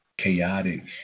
chaotic